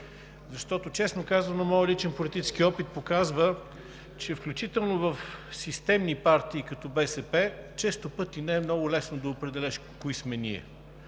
ние?“ Честно казано, моят личен политически опит показва, че включително в системни партии като БСП често пъти не е много лесно да определиш кои сме ние.